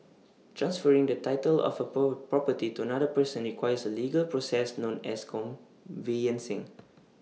transferring the title of A pro property to another person requires A legal process known as conveyancing